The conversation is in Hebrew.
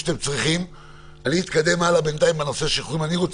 צריך להנגיש את המידע הזה לציבור, ולא,